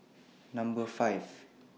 Number five